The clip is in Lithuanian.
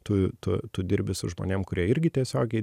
tu tu tu dirbi su žmonėm kurie irgi tiesiogiai